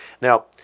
Now